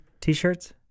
t-shirts